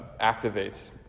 activates